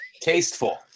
tasteful